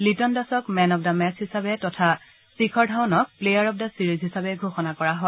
লিটন দাসক man of the match তথা শিখৰ ধাৱনক প্লেয়াৰ অব দ্যা চিৰিজ হিচাপে ঘোষণা কৰা হয়